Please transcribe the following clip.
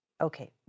Okay